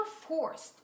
forced